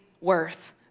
worth